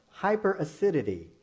hyperacidity